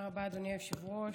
תודה רבה, אדוני היושב-ראש.